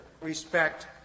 respect